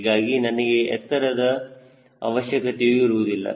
ಹೀಗಾಗಿ ನನಗೆ ಎತ್ತರದ ಅವಶ್ಯಕತೆಯೂ ಇರುವುದಿಲ್ಲ